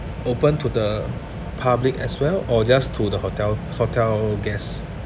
open to the public as well or just to the hotel hotel guest